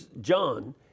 John